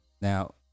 Now